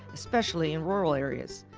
especially in rural areas.